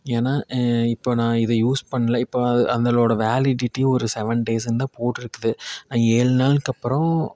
ஏன்னா இப்போ நான் இது யூஸ் பண்ணல இப்போ அது அந்தளோடய வேலிடிட்டி ஒரு செவன் டேஸுன்னு தான் போட்டுருக்குது ஏழு நாளுக்கப்பறம்